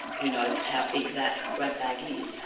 who knows how big that grab bag is,